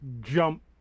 jump